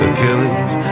Achilles